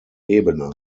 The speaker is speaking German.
ebene